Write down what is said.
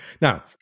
Now